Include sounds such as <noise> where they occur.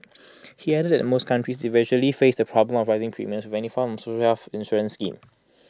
<noise> he added that most countries eventually face the problem of rising premiums with any form of social health insurance scheme